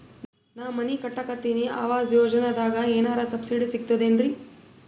ನಾ ಮನಿ ಕಟಕತಿನಿ ಆವಾಸ್ ಯೋಜನದಾಗ ಏನರ ಸಬ್ಸಿಡಿ ಸಿಗ್ತದೇನ್ರಿ?